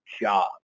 job